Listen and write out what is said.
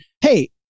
Hey